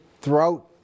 throughout